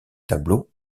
tableaux